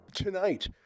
Tonight